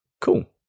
cool